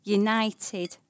united